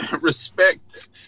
respect